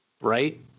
Right